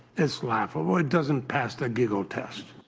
it's laughable. it doesn't pass the giggle test.